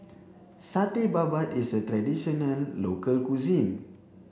Satay Babat is a traditional local cuisine